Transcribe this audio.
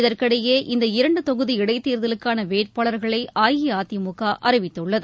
இதற்கிடையே இந்த இரண்டு தொகுதி இடைத்தேர்தலுக்கான வேட்பாளர்களை அஇஅதிமுக அறிவித்துள்ளது